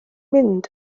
mynd